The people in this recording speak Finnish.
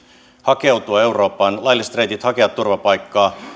hakeutua eurooppaan lailliset reitit hakea turvapaikkaa